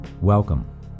Welcome